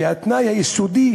כי התנאי היסודי